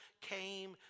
came